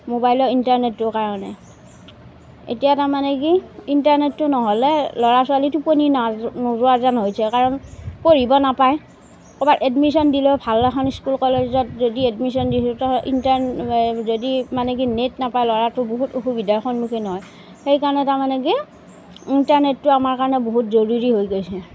মোবাইলৰ ইণ্টাৰনেটটোৰ কাৰণে এতিয়া তাৰমানে কি ইণ্টাৰনেটটো নহ'লে ল'ৰা ছোৱালীৰ টোপনি নোযোৱা যেন হৈছে কাৰণ পঢ়িব নাপায় ক'ৰবাত এডমিশ্য়ন দিলেও ভাল এখন স্কুল কলেজত যদি এডমিশ্য়ন দিওঁ যদি মানে কি নেট নাপায় ল'ৰাটো বহুত অসুবিধাৰ সন্মুখীন হয় সেইকাৰণে তাৰমানে কি ইণ্টাৰনেটটো আমাৰ কাৰণে বহুত জৰুৰী হৈ গৈছে